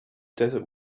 desert